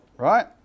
right